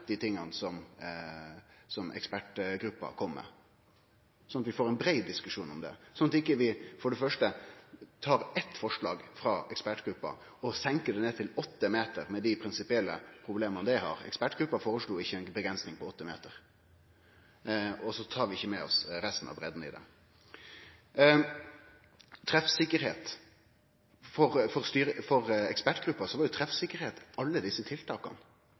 dei tinga som ekspertgruppa kom med, slik at vi får ein brei diskusjon om det, og slik at vi ikkje tar eitt forslag frå ekspertgruppa, og senkar det ned til åtte meter, med dei prinsipielle problema det har – ekspertgruppa foreslo ikkje ei avgrensing til åtte meter – og så tar vi ikkje med oss resten av breidda i det. Når det gjeld treffsikkerheit, var treffsikkerheit for ekspertgruppa alle desse tiltaka – det var